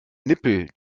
nippel